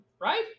right